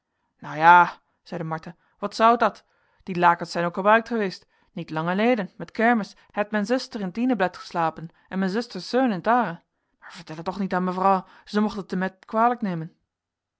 nou jae zeide martha wat zou dat die lakens zijn ook ebruikt eweest niet lang eleden met kermis heit men zuster in t iene bed eslapen en men zusters zeun in het aere maar vertel het toch niet an mevrouw ze mocht het temet kwalijk nemen